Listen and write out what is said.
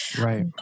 Right